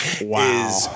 Wow